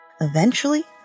Eventually